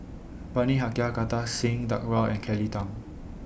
Bani Haykal Kartar Singh Thakral and Kelly Tang